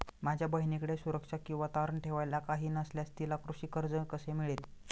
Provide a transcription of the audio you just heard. माझ्या बहिणीकडे सुरक्षा किंवा तारण ठेवायला काही नसल्यास तिला कृषी कर्ज कसे मिळेल?